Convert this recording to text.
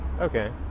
Okay